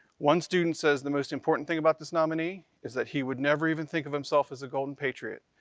one student says the most important thing about this nominee is that he would never even think of himself as a golden patriot,